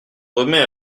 remet